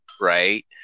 right